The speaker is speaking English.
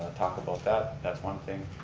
talk about that, that's one thing.